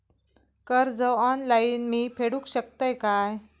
कर्ज ऑनलाइन मी फेडूक शकतय काय?